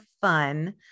fun